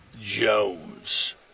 Jones